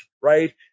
right